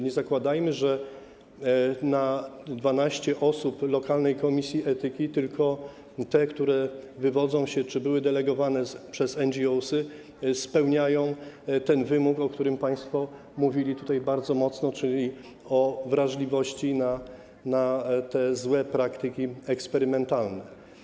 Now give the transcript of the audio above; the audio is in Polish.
Nie zakładajmy, że na 12 osób w lokalnej komisji etyki tylko te, które wywodzą się z NGO czy były delegowane przez NGO, spełniają ten wymóg, o którym państwo mówili bardzo mocno, czyli wymóg wrażliwości na te złe praktyki eksperymentalne.